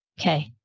Okay